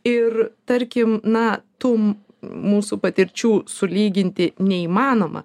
ir tarkim na tų mūsų patirčių sulyginti neįmanoma